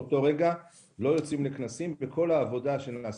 באותו רגע לא יוצאים לכנסים וכל העבודה שנעשתה,